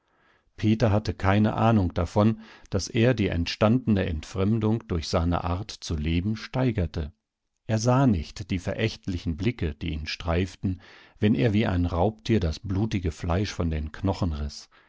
peter hatte keine ahnung davon daß er die entstandene entfremdung durch seine art zu leben steigerte er sah nicht die verächtlichen blicke die ihn streiften wenn er wie ein raubtier das blutige fleisch von den knochen riß